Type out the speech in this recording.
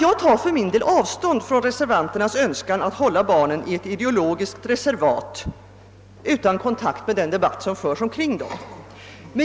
Jag tar för min del avstånd från reservanternas önskan att hålla barnen i ett ideologiskt reservat, utan kontakt med den debatt som förs omkring dem.